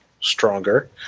stronger